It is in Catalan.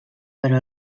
però